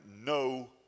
no